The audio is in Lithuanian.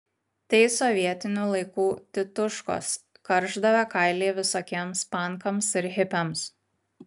tai sovietinių laikų tituškos karšdavę kailį visokiems pankams ir hipiams